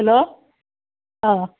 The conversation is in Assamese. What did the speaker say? হেল্ল' অঁ